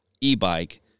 e-bike